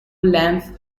length